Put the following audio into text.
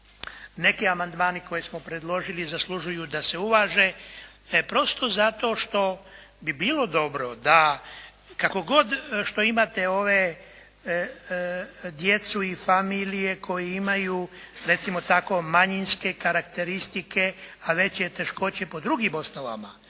neki amandmani koje smo predložili zaslužuju da se uvaže prosto zato što bi bilo dobro da, kako god, što imate djecu i familije koje imaju, recimo tako, manjinske karakteristike, a veće teškoće po drugim osnovama.